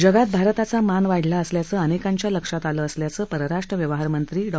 जगात भारताचा मान वाढला असल्याचं अनेकांच्या लक्षात आलं असल्याचं परराष्ट्र व्यवहारमंत्री डॉ